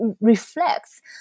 reflects